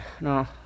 No